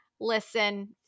Listen